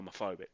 homophobic